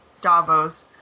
Davos